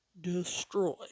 destroy